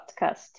podcast